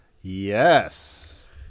Yes